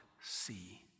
see